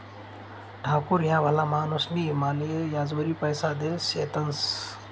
ठाकूर ह्या भला माणूसनी माले याजवरी पैसा देल शेतंस